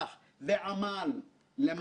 יפעת לוי ואביעד לוין